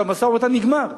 שהמשא-ומתן נגמר,